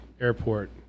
airport